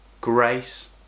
grace